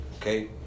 Okay